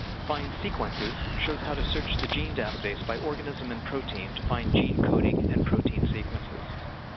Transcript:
find sequences shows how to search the gene database by organism and protein to find gene coding and protein sequences.